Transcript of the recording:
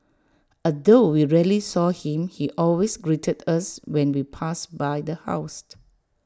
although we rarely saw him he always greeted us when we passed by the house